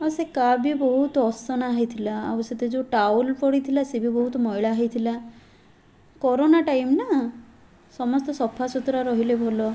ଆଉ ସେ କ୍ୟାବ୍ ବି ବହୁତ ଅସନା ହେଇଥିଲା ଆଉ ସେଥିରେ ଯେଉଁ ଟାୱେଲ୍ ପଡ଼ିଥିଲା ସେ ବି ବହୁତ ମଇଳା ହେଇଥିଲା କୋରୋନା ଟାଇମ୍ ନା ସମସ୍ତେ ସଫାସୁତୁରା ରହିଲେ ଭଲ